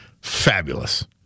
fabulous